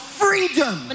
freedom